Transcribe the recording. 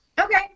Okay